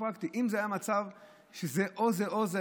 אם זה היה מצב שבו זה או זה או זה,